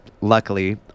luckily